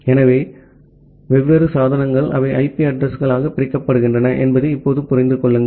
ஆகவே வெவ்வேறு சாதனங்கள் அவை ஐபி அட்ரஸ் களால் பிரிக்கப்படுகின்றன என்பதை இப்போது புரிந்து கொள்ளுங்கள்